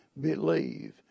believe